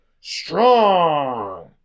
strong